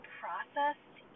processed